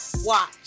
Watch